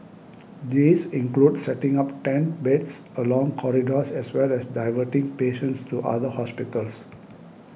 these include setting up tent beds along corridors as well as diverting patients to other hospitals